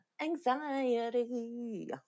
Anxiety